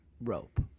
rope